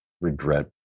regret